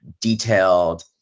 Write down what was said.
detailed